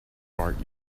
bart